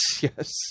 Yes